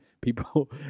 people